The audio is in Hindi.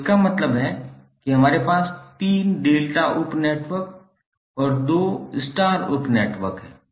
तो इसका मतलब है कि हमारे पास 3 डेल्टा उप नेटवर्क और 2 स्टार उप नेटवर्क हैं